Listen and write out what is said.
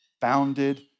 founded